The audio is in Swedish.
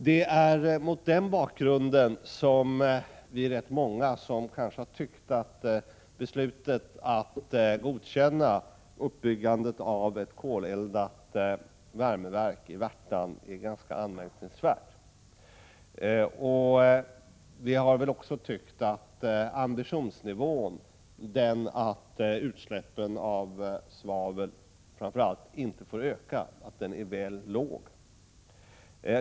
Det är mot den bakgrunden som vi är många som har tyckt att beslutet att godkänna uppbyggandet av ett koleldat värmeverk i Värtan är ganska anmärkningsvärt. Vi har också tyckt att ambitionsnivån, dvs. att utsläppen av framför allt svavel inte får öka, är väl låg.